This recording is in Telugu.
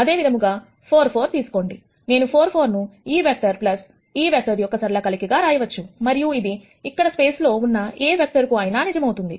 అదే విధముగా 4 4 తీసుకోండి నేను 4 4 ను ఈ వెక్టర్ ఈ వెక్టర్ యొక్క సరళ కలయిక గా రాయవచ్చుమరియు ఇది ఇక్కడ స్పేస్ లో ఉన్న ఏ వెక్టర్ కు అయినా నిజమవుతుంది